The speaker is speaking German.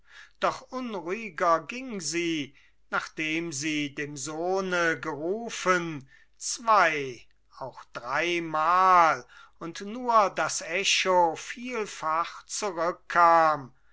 doch unruhiger ging sie nachdem sie dem sohne gerufen zwei auch dreimal und nur das echo vielfach zurückkam